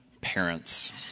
parents